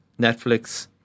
Netflix